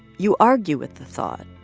you argue with the thought,